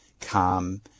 calm